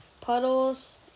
Puddles